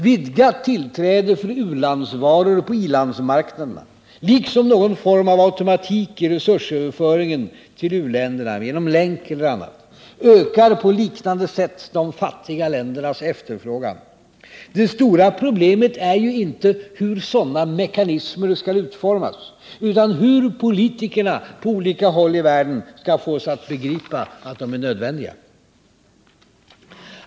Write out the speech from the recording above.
Vidgat tillträde för u landsvaror på i-landsmarknaderna, liksom någon form av automatik i resursöverföringen till u-länderna genom länk eller annat, ökar på liknande sätt de fattiga ländernas efterfrågan. Det stora problemet är inte hur sådana mekanismer skall utformas utan hur politikerna på olika håll i världen skall fås att begripa att mekanismerna är nödvändiga.